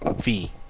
fee